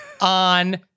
on